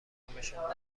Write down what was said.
انجامشان